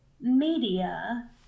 media